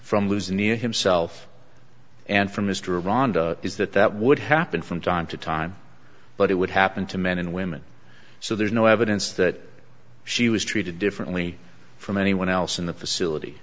from losing the a himself and from mr rhonda is that that would happen from time to time but it would happen to men and women so there's no evidence that she was treated differently from anyone else in the facility